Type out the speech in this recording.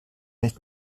nicht